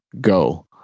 go